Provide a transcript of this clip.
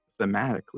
thematically